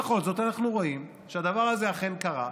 בכל זאת אנחנו רואים שהדבר הזה אכן קרה,